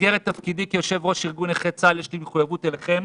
במסגרת תפקידי כיושב-ראש ארגון נכי צה"ל יש לי מחויבות אליכם